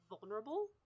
Vulnerable